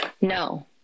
No